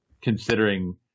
Considering